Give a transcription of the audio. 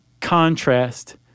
contrast